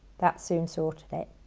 that soon sorted it.